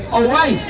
away